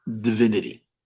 divinity